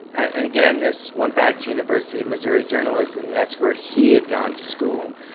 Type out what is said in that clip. and again, this went back to university of missouri journalism. that's where he had gone to school.